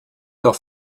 doch